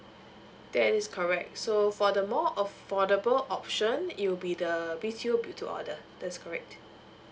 that is correct so for the more affordable option it will be the B_T_O build to order that's correct